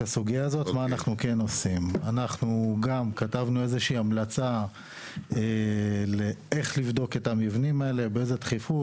אנחנו כתבנו איזושהי המלצה איך לבדוק את המבנים האלה ובאיזו תכיפות.